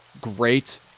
great